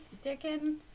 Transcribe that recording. sticking